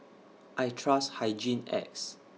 I Trust Hygin X